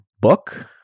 book